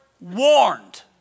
warned